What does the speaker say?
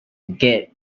git